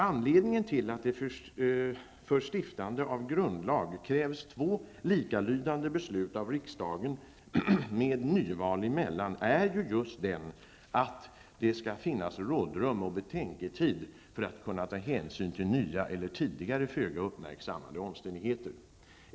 Anledningen till att det för stiftande av grundlag krävs två likalydande beslut av riksdagen med ett val däremellan är just att det skall finnas rådrum och betänketid för att man skall kunna ta hänsyn till nya eller tidigare föga uppmärksammade omständigheter.